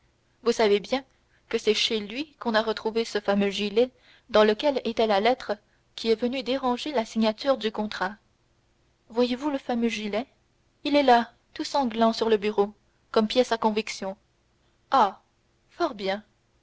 vous savez bien que c'est chez lui qu'on a retrouvé ce fameux gilet dans lequel était la lettre qui est venue déranger la signature du contrat voyez-vous le fameux gilet il est là tout sanglant sur le bureau comme pièce de conviction ah fort bien